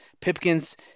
Pipkin's